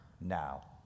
now